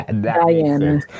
Diana